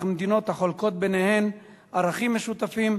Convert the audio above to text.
אך מדינות החולקות ערכים משותפים,